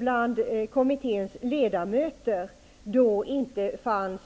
Bland kommitténs ledamöter fanns